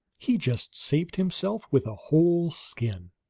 he just saved himself with a whole skin.